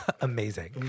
Amazing